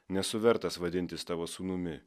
nesu vertas vadintis tavo sūnumi